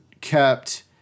kept –